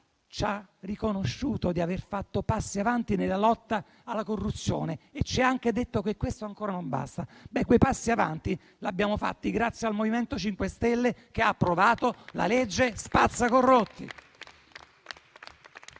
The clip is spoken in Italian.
ci ha riconosciuto di aver fatto passi avanti nella lotta alla corruzione e ci ha anche detto che questo ancora non basta. Quei passi avanti li abbiamo fatti grazie al MoVimento 5 Stelle che ha approvato la legge spazza corrotti.